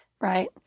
right